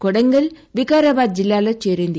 కొడంగల్ వికారాబాద్ జిల్లాలో చేరింది